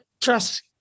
trust